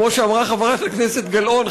כמו שאמרה חברת הכנסת גלאון,